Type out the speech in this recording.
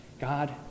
God